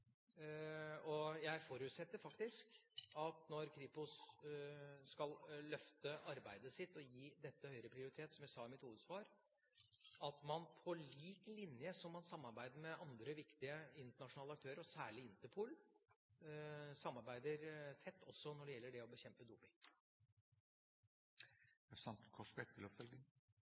Jeg forutsetter faktisk at når Kripos skal løfte arbeidet sitt og gi dette høyere prioritet, som jeg sa i mitt hovedsvar, vil man på lik linje som man samarbeider med andre viktige internasjonale aktører, særlig Interpol, samarbeide tett også når det gjelder å bekjempe